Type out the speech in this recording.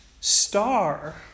star